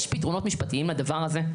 יש פתרונות משפטיים לדבר הזה.